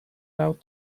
out